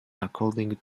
according